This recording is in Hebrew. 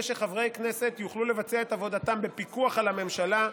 שחברי כנסת יוכלו לבצע את עבודתם בפיקוח על הממשלה,